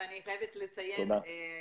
תודה.